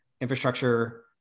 infrastructure